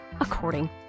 According